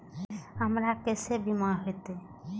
हमरा केसे बीमा होते?